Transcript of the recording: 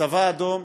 הצבא האדום,